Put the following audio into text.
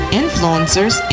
influencers